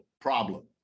problem